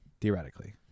theoretically